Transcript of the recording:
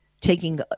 taking